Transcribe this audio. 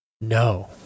no